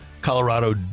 Colorado